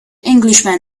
englishman